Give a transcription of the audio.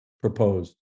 proposed